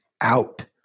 out